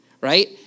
right